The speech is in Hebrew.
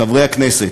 חברי הכנסת,